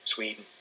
Sweden